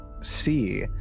see